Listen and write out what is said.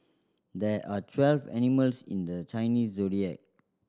there are twelve animals in the Chinese Zodiac